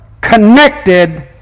connected